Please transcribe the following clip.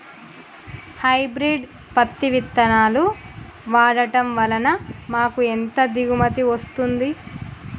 Hybrid పత్తి విత్తనాలు వాడడం వలన మాకు ఎంత దిగుమతి వస్తుంది?